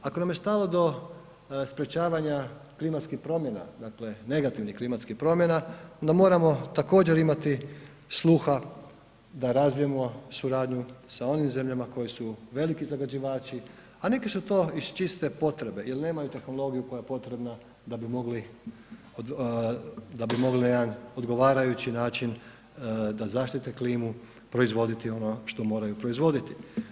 Ako nam je stalo do sprječavanja klimatskih promjena, dakle negativnih klimatskih promjena onda moramo također imati sluha da razvijamo suradnju sa onim zemljama koji su veliki zagađivači, a neki su to iz čiste potrebe jel nemaju tehnologiju koja je potrebna da bi mogli, da bi mogli na jedan odgovarajući način da zaštite klimu proizvoditi ono što moraju proizvoditi.